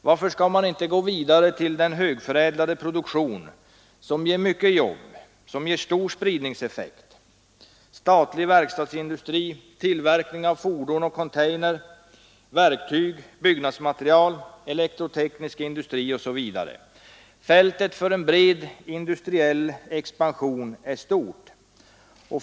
Varför skall man inte gå vidare till den högförädlade produktion som ger mycket jobb och stor spridningseffekt: statlig verkstadsindustri, tillverkning av fordon och containers, verktyg, byggnadsmaterial, elektroteknisk industri osv.? Fältet för en bred industriell expansion är stort.